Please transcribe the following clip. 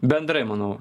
bendrai manau